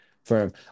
Firm